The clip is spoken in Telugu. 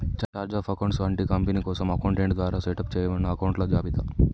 ఛార్ట్ ఆఫ్ అకౌంట్స్ అంటే కంపెనీ కోసం అకౌంటెంట్ ద్వారా సెటప్ చేయబడిన అకొంట్ల జాబితా